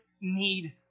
need